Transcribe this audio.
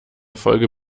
folge